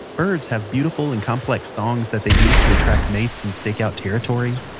birds have beautiful and complex songs that they use to attract mates and stake out territory.